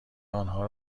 آنها